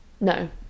no